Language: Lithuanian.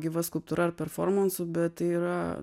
gyva skulptūra ar performansu bet tai yra